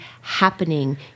happening